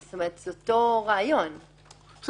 לתפקיד.